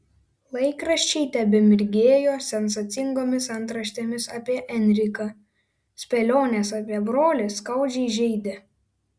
laikraščiai tebemirgėjo sensacingomis antraštėmis apie enriką spėlionės apie brolį skaudžiai žeidė